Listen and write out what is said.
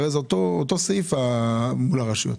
הרי זה אותו סעיף מול הרשויות.